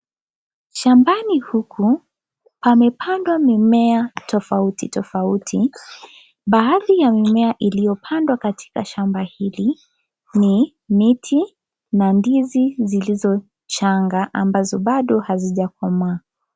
Shambani huku pamepandwa mimea tofauti tofauti . Baaadhi ya mimea iliyopandwa katika shamba hili miti na ndizi zilizochanga ambazo bado hazijakomaa.